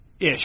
Ish